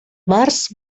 març